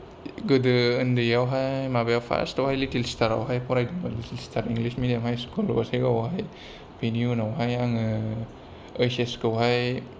गोदो उन्दैआवहाय माबायाव फार्स्ट आवहाय लिटिल स्टारावहाय फरायदोंमोन little star English medium high school गसाइगावआव फरायदोंमोन गसायगाव आवहाय बेनि उनाव आंङो ओइस एस खौहाय